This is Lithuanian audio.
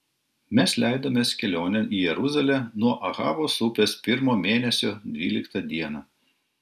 mes leidomės kelionėn į jeruzalę nuo ahavos upės pirmo mėnesio dvyliktą dieną